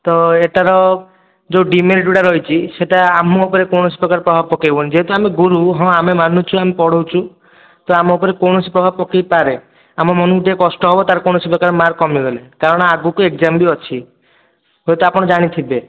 ତ ଏଟାର ଯେଉଁ ଡିମେରିଟ୍ ଗୁଡ଼ା ରହିଛି ସେଟା ଆମ ଉପରେ କୌଣସି ପ୍ରକାର ପ୍ରଭାବ ପକାଇବନି ଯେହେତୁ ଆମେ ଗୁରୁ ହଁ ଆମେ ମାନୁଛୁ ଆମେ ପଢ଼ାଉଛୁ ତ ଆମ ଉପରେ କୌଣସି ପ୍ରଭାବ ପକାଇପାରେ ଆମ ମନକୁ ଟିକେ କଷ୍ଟ ହବ ତା'ର କୌଣସି ପ୍ରକାର ମାର୍କ କମିଗଲେ କାରଣ ଆଗକୁ ଏଗ୍ଜାମ୍ ବି ଅଛି ହୁଏ ତ ଆପଣ ଜାଣିଥିବେ